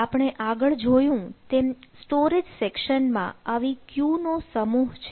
આપણે આગળ જોયું તેમ સ્ટોરેજ સેકશનમાં આવી queue નો સમૂહ છે